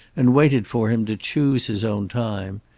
and waited for him to choose his own time.